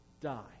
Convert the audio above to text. die